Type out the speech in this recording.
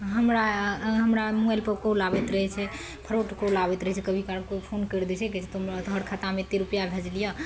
हमरा हमरा एमहरके कॉल आबैत रहय छै फ्रॉड कॉल आबैत रहय छै कभी काल कोइ फोन करि दै छै कहय छै तुम्हारे आधार खातामे एत्ते रूपैआ भेजलियै